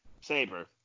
Saber